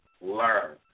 learn